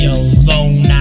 alone